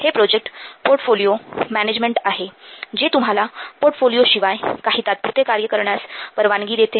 हे project portfolio management आहे जे तुम्हाला पोर्टफोलिओशिवाय काही तात्पुरते कार्य करण्यास परवानगी देते